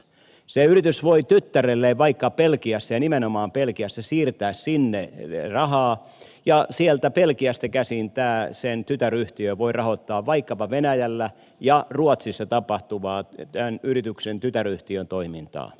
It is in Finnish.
se yritys voi tyttärelleen vaikka belgiassa ja nimenomaan belgiassa siirtää rahaa ja sieltä belgiasta käsin tämä sen tytäryhtiö voi rahoittaa vaikkapa venäjällä ja ruotsissa tapahtuvaa tämän yrityksen tytäryhtiön toimintaa